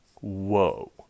Whoa